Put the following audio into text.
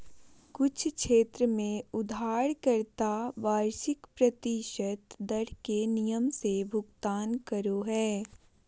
कुछ क्षेत्र में उधारकर्ता वार्षिक प्रतिशत दर के नियम से भुगतान करो हय